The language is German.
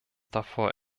davor